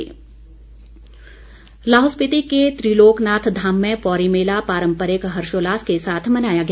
पौरी मेला लाहौल स्पीति के त्रिलोकनाथ धाम में पौरी मेला पारम्परिक हर्षोल्लास के साथ मनाया गया